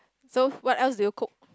so what else do you cook